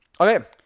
okay